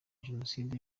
genocide